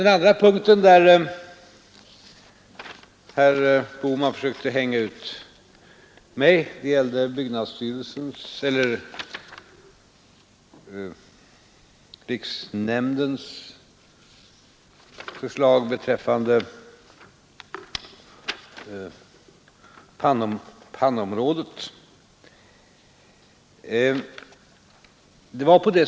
Den andra punkt där herr Bohman försökte hänga ut mig gällde riksnämndens förslag beträffande pannområdet.